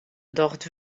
docht